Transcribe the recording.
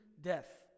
death